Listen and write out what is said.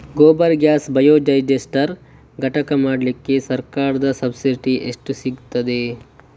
Gobar gas biodigester ಘಟಕ ಮಾಡ್ಲಿಕ್ಕೆ ಸರ್ಕಾರದ ಸಬ್ಸಿಡಿ ಎಷ್ಟು ಸಿಕ್ತಾದೆ?